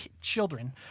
children